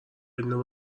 اینو